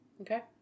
Okay